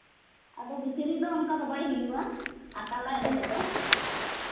ᱟᱫᱚ ᱵᱷᱤᱛᱨᱤ ᱫᱚ ᱚᱱᱠᱟ ᱫᱚ ᱵᱟᱭ ᱦᱩᱭᱩᱜᱼᱟ ᱟᱨ ᱠᱟᱨᱞᱟᱭ ᱰᱷᱮᱨ ᱫᱚ